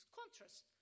contrast